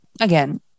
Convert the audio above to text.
again